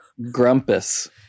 Grumpus